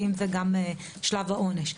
ואם זה שלב העונש.